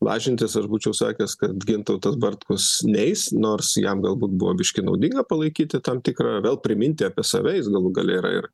lažintis aš būčiau sakęs kad gintautas bartkus neis nors jam galbūt buvo biški naudinga palaikyti tam tikrą vėl priminti apie save jis galų gale yra ir